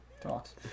Talks